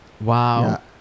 Wow